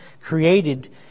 created